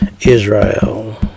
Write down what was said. Israel